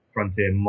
Frontier